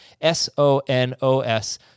S-O-N-O-S